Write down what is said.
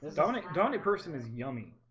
don't like don't need person is yummy.